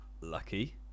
lucky